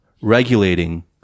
regulating